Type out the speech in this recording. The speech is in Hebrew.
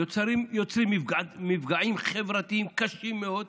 יוצרים מפגעים חברתיים קשים מאוד.